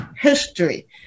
history